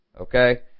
okay